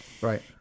right